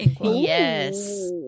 Yes